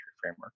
framework